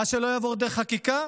מה שלא יעבור דרך חקיקה,